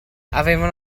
avevano